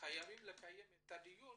חייבים לקיים את הדיון